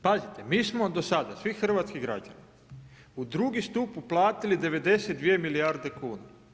Pazite, mi smo do sada, svi hrvatski građani, u drugi stup uplatili 92 milijarde kuna.